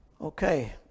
Okay